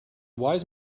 wise